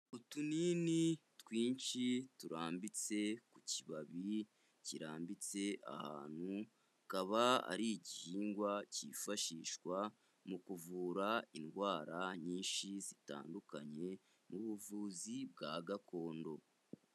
Utunini twinshi turambitse ku kibabi kirambitse ahantu, akaba ari igihingwa cyifashishwa mu kuvura indwara nyinshi zitandukanye mu buvuzi bwa gakondo.